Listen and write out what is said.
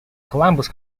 columbus